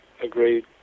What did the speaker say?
agreed